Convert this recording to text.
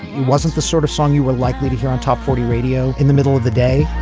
it wasn't the sort of song you were likely to hear on top forty radio in the middle of the day.